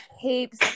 heaps